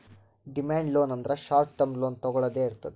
demand loan ಅಂದ್ರ short term loan ತೊಗೊಳ್ದೆ ಇರ್ತದ್